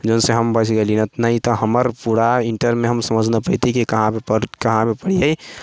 जोन से हम बचि गेलियै नहि तऽ हमर पूरा इण्टरमे हम समझ नहि पैतियै कि कहाँ पे पढ़ियै एहि से हम समझ गेलियै हमर पूरा